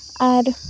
ᱟᱨ